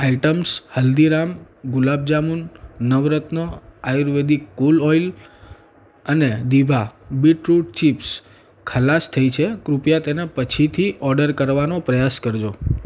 items Haldiram's gulab jamun Navratna Ayurvedic cool oil અને દીભા beetroot chips ખલાસ થઇ છે કૃપયા તેને પછીથી ઓડર કરવાનો પ્રયાસ કરજો